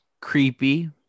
creepy